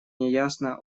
неясно